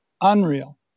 unreal